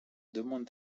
demande